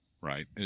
right